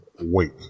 Wait